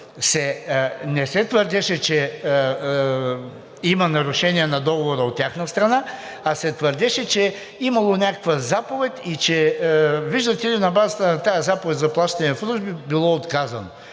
не се твърдеше, че има нарушения на Договора от тяхна страна, а се твърдеше, че имало някаква заповед и че виждате ли, на базата на тази заповед за плащане в рубли било отказано,